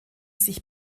sich